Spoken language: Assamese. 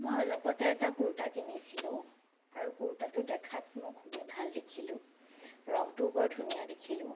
মই অলপতে এটা কুৰ্তা কিনিছিলোঁ আৰু কুৰ্তাটো দেখাত মোক খুবেই ভাল দেখিলোঁ ৰংটোও বৰ ধুনীয়া দেখিলোঁ